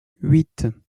huit